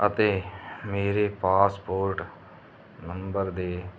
ਅਤੇ ਮੇਰੇ passport number ਦੇ